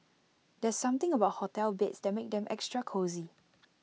there's something about hotel beds that makes them extra cosy